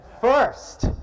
First